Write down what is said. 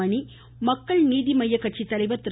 மணி மக்கள் நீதி மைய்ய கட்சி தலைவர் திரு